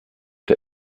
der